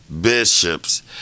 bishops